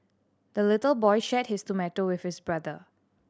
the little boy shared his tomato with his brother